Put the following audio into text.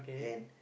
and